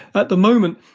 at the moment,